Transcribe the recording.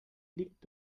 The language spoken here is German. liegt